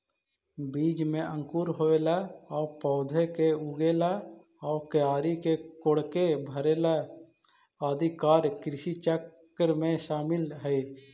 बीज में अंकुर होवेला आउ पौधा के उगेला आउ क्यारी के कोड़के भरेला आदि कार्य कृषिचक्र में शामिल हइ